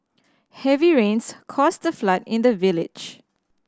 heavy rains caused the flood in the village